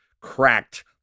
cracked